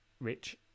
Rich